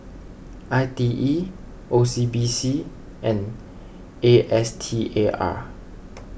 I T E O C B C and A S T A R